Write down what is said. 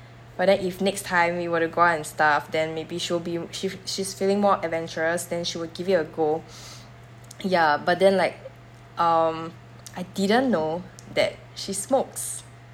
but then if next time we were to go out and stuff then maybe she'll be she she's feeling more adventurous than she would give it a go ya but then like um I didn't know that she smokes